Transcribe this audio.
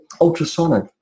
ultrasonic